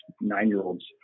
nine-year-olds